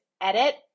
edit